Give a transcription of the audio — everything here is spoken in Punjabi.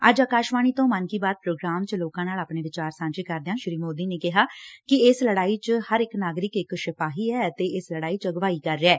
ਅੱਜ ਆਕਾਸ਼ਵਾਣੀ ਤੋਂ ਮਨ ਕੀ ਬਾਤ ਪ੍ਰੋਗਰਾਮ 'ਚ ਲੋਕਾਂ ਨਾਲ ਆਪਣੇ ਵਿਚਾਰ ਸਾਂਝੇ ਕਰਦਿਆਂ ਸ਼੍ੀ ਮੋਦੀ ਨੇ ਕਿਹਾ ਕਿ ਇਸ ਲੜਾਈ 'ਚ ਹਰ ਇਕ ਨਾਗਰਿਕ ਇਕ ਸਿਪਾਹੀ ਏ ਅਤੇ ਇਸ ਲੜਾਈ 'ਚ ਅਗਵਾਈ ਕਰ ਰਿਹੈ